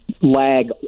lag